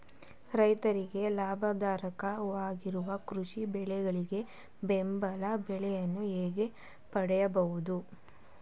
ರೈತರಿಗೆ ಲಾಭದಾಯಕ ವಾಗುವ ಕೃಷಿ ಬೆಳೆಗಳಿಗೆ ಬೆಂಬಲ ಬೆಲೆಯನ್ನು ಹೇಗೆ ಪಡೆಯಬಹುದು?